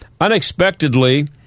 Unexpectedly